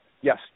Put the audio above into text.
yes